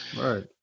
Right